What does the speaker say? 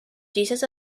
jesus